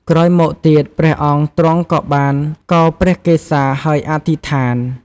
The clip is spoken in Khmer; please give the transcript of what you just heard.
ក្រោយមកទៀត ព្រះអង្គទ្រង់ក៏បានកោរព្រះកេសា ហើយអធិដ្ឋាន។